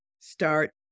Start